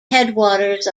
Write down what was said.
headwaters